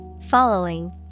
Following